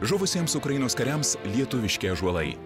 žuvusiems ukrainos kariams lietuviški ąžuolai